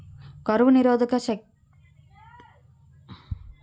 కరువు నిరోధక పత్తి రకం ఉందా?